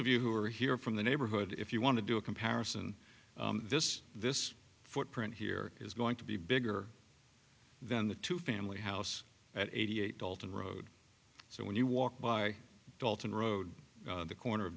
of you who are here from the neighborhood if you want to do a comparison this this footprint here is going to be bigger than the two family house at eighty eight dalton road so when you walk by dalton road the corner of